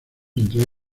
entre